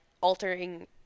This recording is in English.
altering